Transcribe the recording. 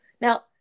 Now